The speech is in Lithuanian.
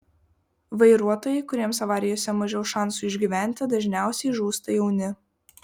vairuotojai kuriems avarijose mažiau šansų išgyventi dažniausiai žūsta jauni